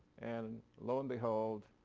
and, low and behold,